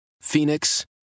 Phoenix